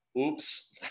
Oops